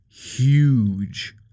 huge